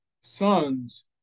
sons